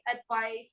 advice